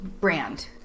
brand